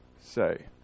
say